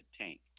tank